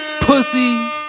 Pussy